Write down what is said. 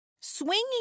Swinging